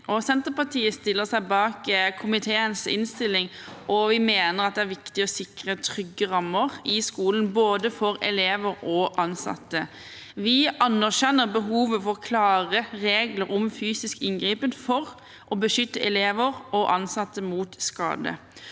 Senterpartiet stiller seg bak komiteens innstilling. Vi mener det er viktig å sikre trygge rammer i skolen for både elever og ansatte. Vi anerkjenner behovet for klarere regler om fysisk inngripen for å beskytte elever og ansatte mot skade.